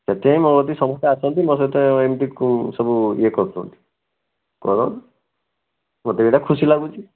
ସେଥିପାଇଁ ମୋ କତିକି ସମସ୍ତେ ଆସନ୍ତି ମୋ ସହିତ ଏମିତି ସବୁ ଇଏ କରୁଛନ୍ତି କର ମୋତେ ଏଇଟା ଖୁସି ଲାଗୁଛି